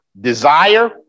desire